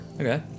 Okay